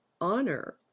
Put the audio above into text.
honor